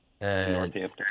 Northampton